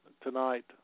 tonight